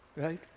right?